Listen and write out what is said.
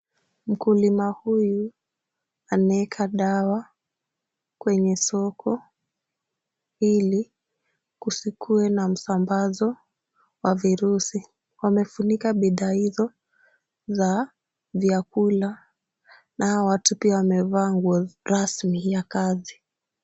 Mkulima huyu anaweka dawa kwenye soko ili kusikuwe na msambazo wa virusi. Wamefunika bidhaa hizo za vyakula na hawa watu pia wamevaa nguo rasmi ya kazi.